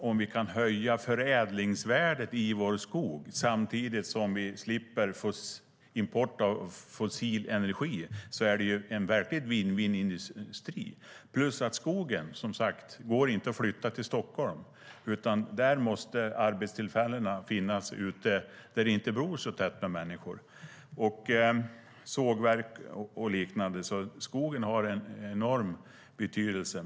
Om vi kan höja förädlingsvärdet i vår skog samtidigt som vi slipper import av fossil energi är det en verklig vinn-vinn-industri. Dessutom går skogen inte att flytta till Stockholm. Där måste arbetstillfällena finnas ute där det inte bor så tätt med människor. Det handlar om sågverk och liknande. Skogen har en enorm betydelse.